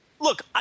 look